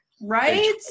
Right